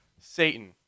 Satan